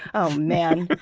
oh man.